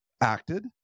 acted